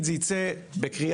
אני כבר שישה חודשים באירוע הזה,